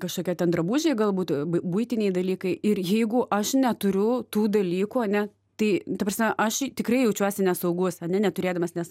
kažkokie ten drabužiai galbūt bu buitiniai dalykai ir jeigu aš neturiu tų dalykų ane tai ta prasme aši tikrai jaučiuosi nesaugus ane neturėdamas nes